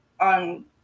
on